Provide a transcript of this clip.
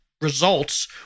results